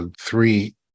three